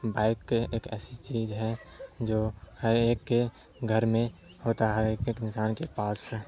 bike ایک ایسی چیز ہے جو ہر ایک گھر میں ہوتا ہے ہر ایک انسان کے پاس